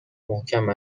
محکم